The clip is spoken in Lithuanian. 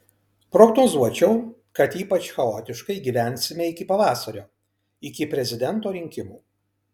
prognozuočiau kad ypač chaotiškai gyvensime iki pavasario iki prezidento rinkimų